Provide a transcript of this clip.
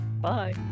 Bye